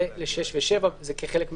זה ל-6 ו-7 זה כחלק מ-4,